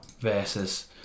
versus